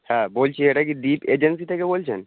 হ্যাঁ বলছি এটা কি দীপ এজেন্সি থেকে বলছেন